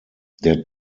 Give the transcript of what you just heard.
der